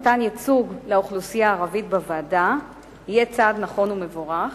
מתן ייצוג לאוכלוסייה הערבית בוועדה יהיה צעד נכון ומבורך,